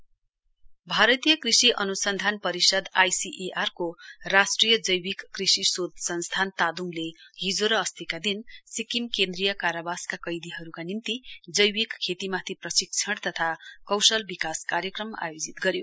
ICAR नोफरी भारतीय कृषि अन्सन्धान परिषद आईसीएआरको राष्ट्रिय जैविक कृषि शोध संस्थान तादोङले हिजो र अस्तीका दिन सिक्किम केन्द्रीय कारावासका कैदीहरूका निम्ति जैविक खेतीमाथि प्रशिक्षण तथा कौशल विकास कार्यक्रम आयोजित गर्यो